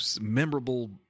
memorable